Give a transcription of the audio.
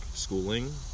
schooling